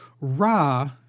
Ra